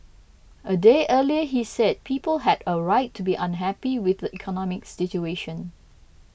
a day earlier he said people had a right to be unhappy with the economic situation